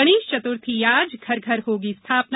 गणेष चतुर्थी आज घर घर होगी स्थापना